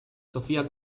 sofía